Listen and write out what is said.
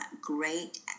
great